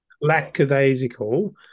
lackadaisical